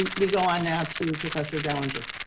we go on now to professor dellinger.